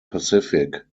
pacific